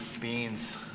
Beans